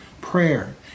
prayer